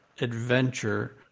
adventure